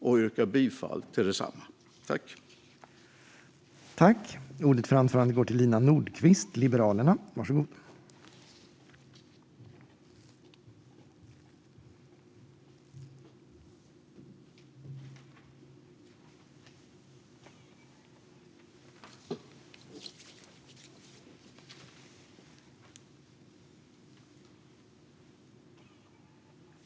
Vi yrkar bifall till utskottets förslag.